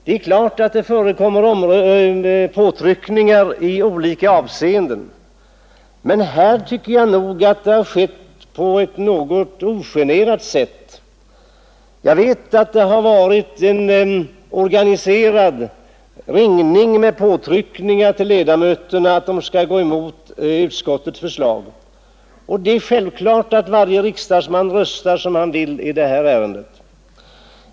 Det är klart att påtryckningar förekommer i olika avseenden, men här tycker jag nog att de har skett på ett något ogenerat sätt. Jag vet att det har ägt rum en organiserad ringning med påtryckningar på ledamöterna att de skall gå emot utskottets förslag. Det är självklart att varje riksdagsman röstar som han vill i detta ärende.